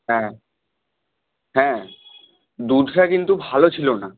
হ্যাঁ হ্যাঁ দুধটা কিন্তু ভালো ছিল না